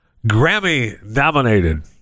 Grammy-nominated